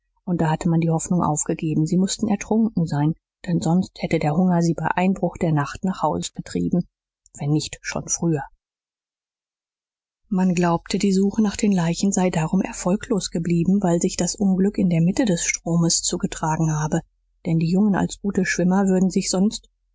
und da hatte man die hoffnung aufgegeben sie mußten ertrunken sein denn sonst hätte der hunger sie bei einbruch der nacht nach haus getrieben wenn nicht schon früher man glaubte die suche nach den leichen sei darum erfolglos geblieben weil sich das unglück in der mitte des stromes zugetragen habe denn die jungen als gute schwimmer würden sich sonst